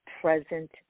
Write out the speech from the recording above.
present